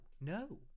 no